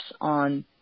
on